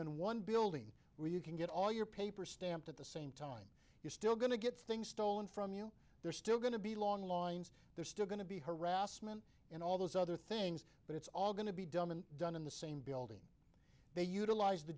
in one building where you can get all your paper stamped at the same you're still going to get things stolen from you they're still going to be long lines they're still going to be harassment and all those other things but it's all going to be done and done in the same building they utilize the